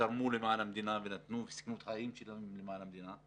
ותרמו למען המדינה וסיכנו את חייהם למען המדינה,